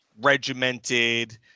regimented